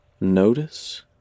notice